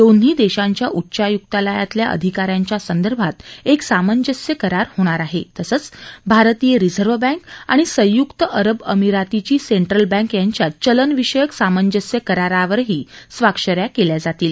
दोन्ही देशांच्या उच्चायुक्तालयातल्या अधिका यांच्या संदर्भात एक सामंजस्य करार होणार आहे तसंच भारतीय रिझर्व बँक आणि संयुक्त अरब अमिरातीची सेंट्रल बँक यांच्यात चलन विषयक सामंजस्य करारावरही स्वाक्ष या केल्या जातील